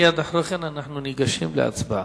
מייד אחרי כן אנחנו ניגשים להצבעה.